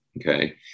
okay